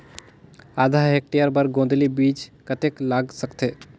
आधा हेक्टेयर बर गोंदली बीच कतेक लाग सकथे?